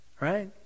right